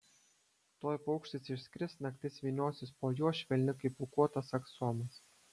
tuoj paukštis išskris naktis vyniosis po juo švelni kaip pūkuotas aksomas